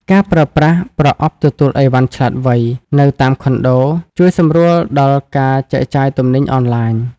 ការប្រើប្រាស់ "ប្រអប់ទទួលអីវ៉ាន់ឆ្លាតវៃ" នៅតាមខុនដូ ជួយសម្រួលដល់ការចែកចាយទំនិញអនឡាញ។